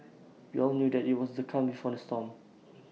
we all knew that IT was the calm before the storm